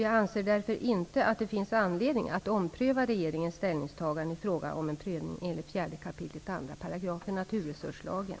Jag anser därför inte att det finns anledning att ompröva regeringens ställningstagande i fråga om en prövning enligt 4 kap. 2 § naturresurslagen.